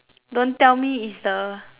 don't tell me is the